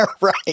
Right